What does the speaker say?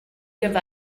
give